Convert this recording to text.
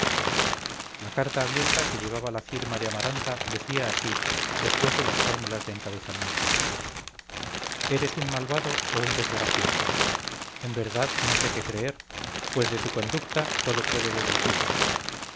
la carta abierta que llevaba la firma de amaranta decía así después de las fórmulas de encabezamiento eres un malvado o un desgraciado en verdad no sé qué creer pues de tu conducta todo puede deducirse